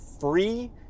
free